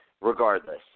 regardless